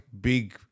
big